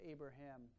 Abraham